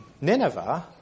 Nineveh